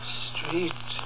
street